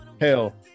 hell